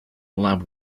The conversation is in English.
lab